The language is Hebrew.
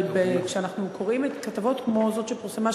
אבל כשאנחנו קוראים כתבות כמו זו שפורסמה,